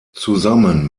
zusammen